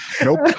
Nope